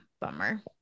bummer